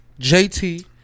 JT